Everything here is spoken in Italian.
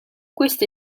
questa